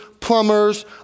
plumbers